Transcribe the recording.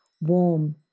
warm